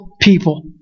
people